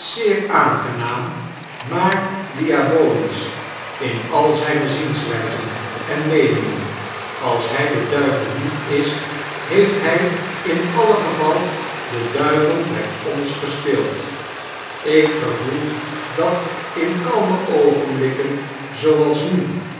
zeer aangenaam maar diabolisch in al zijne zienswijzen en meeningen als hij de duivel niet is heeft hij in alle geval de duivel bij ons gespeeld ikgevoeldatinkalmeoogenblikken zooals nu